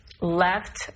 left